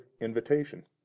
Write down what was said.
invitation